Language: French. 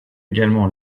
également